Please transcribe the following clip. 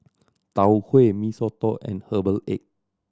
Tau Huay Mee Soto and herbal egg